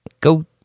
Go